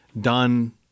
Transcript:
done